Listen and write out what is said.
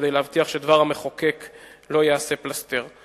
כדי להבטיח שדבר המחוקק לא ייעשה פלסתר.